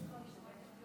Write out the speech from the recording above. חבר הכנסת